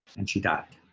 and she died.